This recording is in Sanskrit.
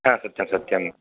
सत्यं सत्यं